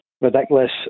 Ridiculous